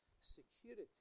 security